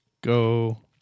go